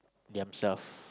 themselves